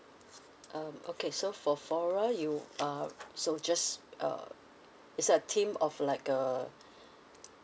um okay so for flora you uh so just uh is a theme of like uh